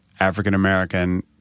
african-american